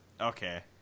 okay